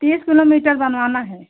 तीस किलोमीटर बनवाना है